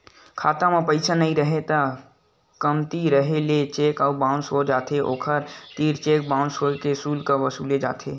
खाता म पइसा नइ रेहे या कमती रेहे ले चेक ह बाउंस हो जाथे, ओखर तीर चेक बाउंस होए के सुल्क वसूले जाथे